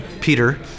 Peter